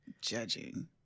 judging